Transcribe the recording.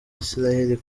isiraheli